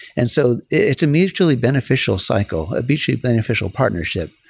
and so it's a mutually beneficial cycle, a bee-shaped beneficial partnership.